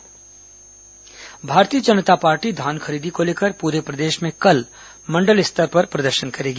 भाजपा प्रदर्शन भारतीय जनता पार्टी धान खरीदी को लेकर पूरे प्रदेश में कल मंडल स्तर पर प्रदर्शन करेगी